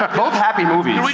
ah both happy movies.